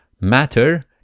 matter